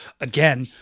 again